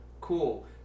Cool